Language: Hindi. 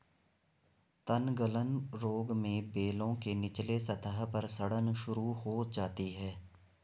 तनगलन रोग में बेलों के निचले सतह पर सड़न शुरू हो जाती है